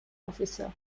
officer